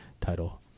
title